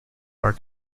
are